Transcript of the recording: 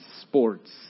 sports